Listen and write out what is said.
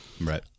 Right